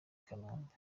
kanombe